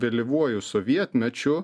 vėlyvuoju sovietmečiu